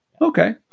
Okay